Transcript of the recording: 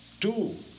two